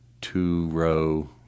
two-row